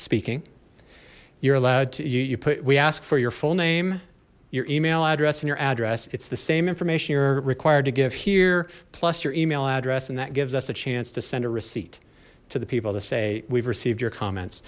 speaking you're allowed to you you put we ask for your full name your email address in your address it's the same information you're required to give here plus your email address and that gives us a chance to send a receipt to the people to say we've received your comments